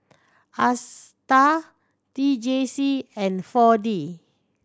Astar T J C and Four D